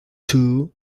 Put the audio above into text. two